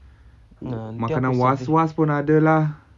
makanan was-was pun ada lah